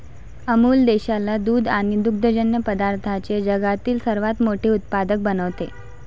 अमूल देशाला दूध आणि दुग्धजन्य पदार्थांचे जगातील सर्वात मोठे उत्पादक बनवते